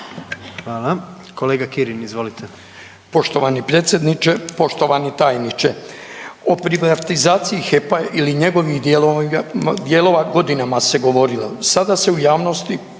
Hvala. Kolega Kirin, izvolite.